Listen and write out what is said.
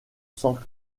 sans